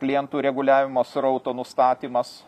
klientų reguliavimo srauto nustatymas